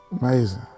amazing